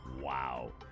wow